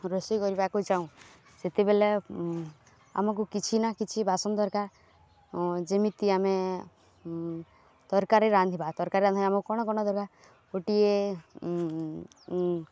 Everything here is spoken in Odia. ରୋଷେଇ କରିବାକୁ ଚାହୁଁ ସେତେବେଲେ ଆମକୁ କିଛି ନା କିଛି ବାସନ ଦରକାର ଯେମିତି ଆମେ ତରକାରୀ ରାନ୍ଧିବା ତରକାରୀ ରାନ୍ଧିବା ଆମକୁ କ'ଣ କ'ଣ ଦେବା ଗୋଟିଏ